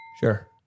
sure